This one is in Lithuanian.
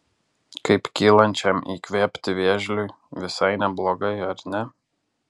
kaip kylančiam įkvėpti vėžliui visai neblogai ar ne